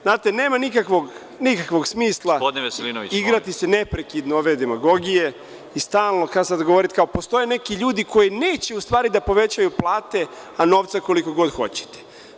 Znate, nema nikakvog smisla igrati se neprekidno ove demagogije i stalno govoriti – postoje neki ljudi koji neće da povećaju plate, a novca koliko god hoćete.